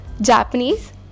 Japanese